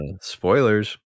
Spoilers